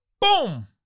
Boom